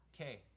Okay